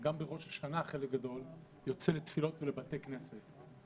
וגם בראש השנה, חלק גדול יוצא לתפילות בבתי כנסת.